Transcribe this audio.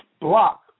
block